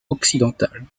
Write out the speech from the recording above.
occidentale